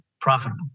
profitable